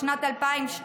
בשנת 2012